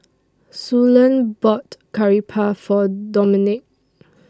Suellen bought Curry Puff For Domenic